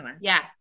yes